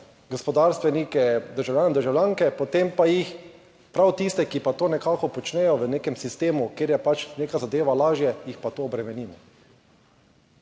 gospodarstvenike, državljane in državljanke. Potem pa prav tiste, ki pa to nekako počnejo v nekem sistemu, kjer je pač neka zadeva lažje, jih pa obremenimo.